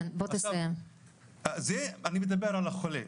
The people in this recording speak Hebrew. זה אני מדבר על החולה.